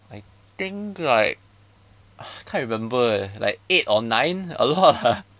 I think like can't remember eh like eight or nine a lot ah